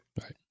Right